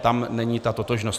Tam není ta totožnost.